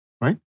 Right